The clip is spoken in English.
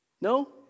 No